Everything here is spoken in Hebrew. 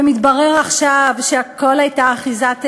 מתברר עכשיו שהכול היה אחיזת עיניים.